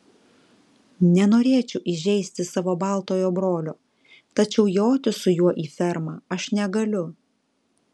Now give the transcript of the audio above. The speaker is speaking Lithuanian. nenorėčiau įžeisti savo baltojo brolio tačiau joti su juo į fermą aš negaliu